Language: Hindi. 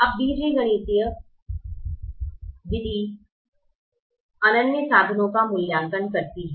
अब बीजगणितीय विधि अव्यवहार्य समाधानों का मूल्यांकन करती है